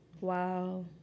Wow